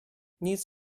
nic